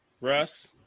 Russ